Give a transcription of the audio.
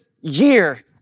year